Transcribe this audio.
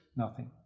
nothing.